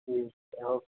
ਠੀਕ ਹੈ ਓਕੇ